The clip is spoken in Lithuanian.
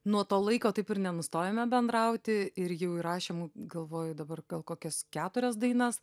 nuo to laiko taip ir nenustojome bendrauti ir jau įrašėm galvoju dabar gal kokias keturias dainas